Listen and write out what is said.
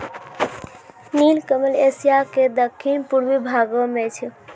नीलकमल एशिया के दक्खिन पूर्वी भागो मे छै